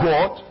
God